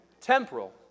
Temporal